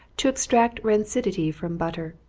to extract rancidity from butter.